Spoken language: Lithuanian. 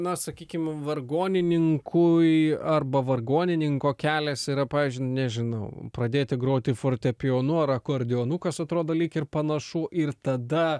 na sakykim vargonininkui arba vargonininko kelias yra pavyzdžiui nežinau pradėti groti fortepijonu ar akordeonu kas atrodo lyg ir panašu ir tada